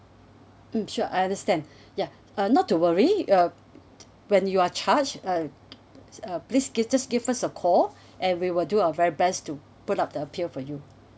mm sure I understand ya uh not to worry uh when you are charged uh uh please give just give us a call and we will do our very best to put up the appeal for you